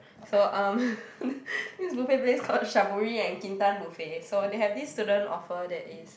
so um this buffet place called Shaburi and Kintan buffet so they have this student offer that is